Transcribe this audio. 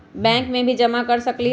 Bank में भी जमा कर सकलीहल?